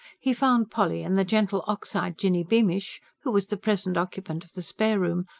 he found polly and the gentle, ox-eyed jinny beamish, who was the present occupant of the spare room,